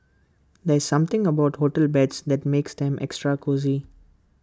there's something about hotel beds that makes them extra cosy